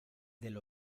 del